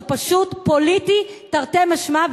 זה פשוט פוליטי תרתי משמע,